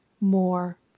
more